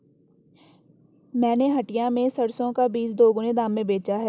मैंने हटिया में सरसों का बीज दोगुने दाम में बेचा है